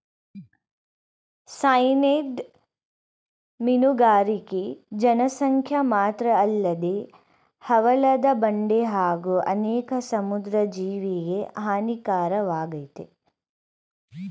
cyanide ಮೀನುಗಾರಿಕೆ ಜನಸಂಖ್ಯೆ ಮಾತ್ರಅಲ್ಲದೆ ಹವಳದ ಬಂಡೆ ಹಾಗೂ ಅನೇಕ ಸಮುದ್ರ ಜೀವಿಗೆ ಹಾನಿಕಾರಕವಾಗಯ್ತೆ